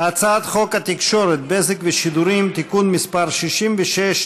הצעת חוק התקשורת (בזק ושידורים) (תיקון מס' 66),